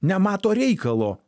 nemato reikalo